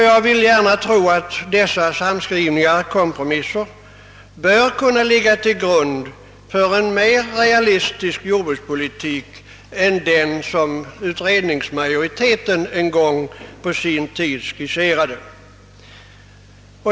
Jag vill gärna hoppas att dessa samskrivningar och kompromisser skall kunna ligga till grund för en mer realistisk jordbrukspolitik än den som jordbruksutredningens majoritet på sin tid skisserade.